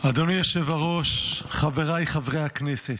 אדוני היושב-ראש, חבריי חברי הכנסת,